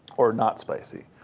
or not spicy.